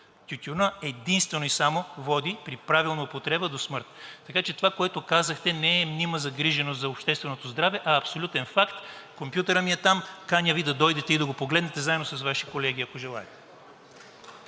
Тютюнът единствено и само води при правилна употреба до смърт, така че това, което казахте, не е мнима загриженост за общественото здраве, а абсолютен факт. Компютърът ми е там (показва), каня Ви да дойдете и да ги погледнете заедно с Ваши колеги, ако желаят.